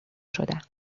شدم